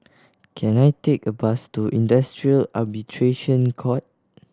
can I take a bus to Industrial Arbitration Court